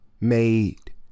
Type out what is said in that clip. made